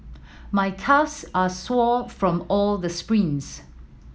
my calves are sore from all the sprints